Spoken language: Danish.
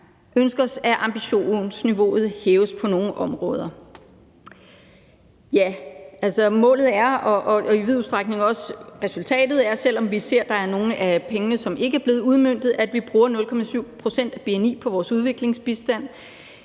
ønske os, at ambitionsniveauet hæves på nogle områder. Målet og også resultater er i vid udstrækning, også selv om vi ser, at nogle af pengene ikke er blevet udmøntet, at vi bruger 0,7 pct. af bni på vores udviklingsbistand,